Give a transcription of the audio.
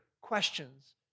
questions